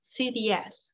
CDS